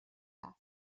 است